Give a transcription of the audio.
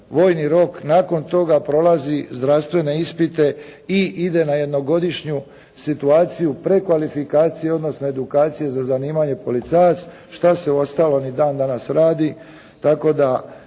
vojni rok, nakon toga prolazi zdravstvene ispite i ide na jednogodišnju situaciju, prekvalifikacije, odnosno edukacije za zanimanje policajac, šta se uostalom i dan danas radi.